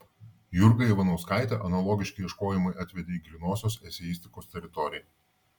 jurgą ivanauskaitę analogiški ieškojimai atvedė į grynosios eseistikos teritoriją